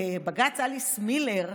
בג"ץ אליס מילר,